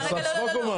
את עושה צחוק או מה?